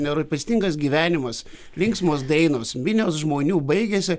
nerūpestingas gyvenimas linksmos dainos minios žmonių baigėsi